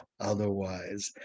otherwise